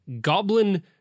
goblin-